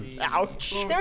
Ouch